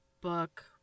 book